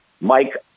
Mike